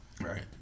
Right